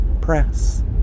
Press